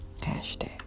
hashtag